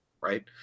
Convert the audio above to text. right